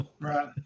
Right